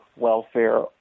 welfare